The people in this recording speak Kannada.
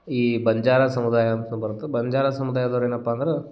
ಈ ಬಂಜಾರ ಸಮುದಾಯ ಅಂತ ಬರುತ್ತ ಬಂಜಾರ ಸಮುದಾಯದವರು ಏನಪ್ಪ ಅಂದ್ರೆ